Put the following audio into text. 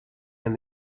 and